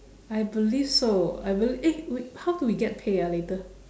I believe so I belie~ eh wait how do we get pay ah later